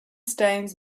stones